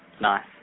Nice